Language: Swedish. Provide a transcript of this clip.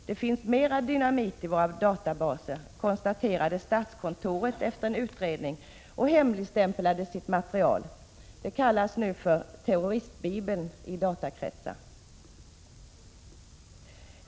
Det finns mera dynamit i våra databaser. Det konstaterade statskontoret efter en utredning och hemligstämplade sitt material. Det kallas nu i datakretsar för terroristbibeln.